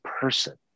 person